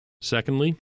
Secondly